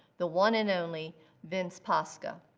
the one and only vince poska.